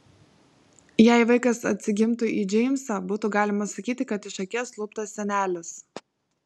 jei vaikas atsigimtų į džeimsą būtų galima sakyti kad iš akies luptas senelis